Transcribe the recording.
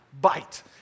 bite